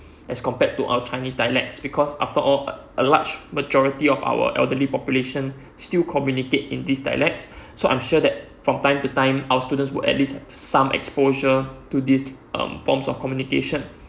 as compared to our chinese dialects because after all a large majority of our elderly population still communicate in these dialects so I'm sure that from time to time our students will at least have some exposure to this um form of communication